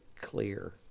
clear